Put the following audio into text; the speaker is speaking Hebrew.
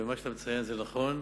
מה שאתה מציין זה נכון.